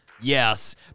Yes